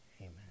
amen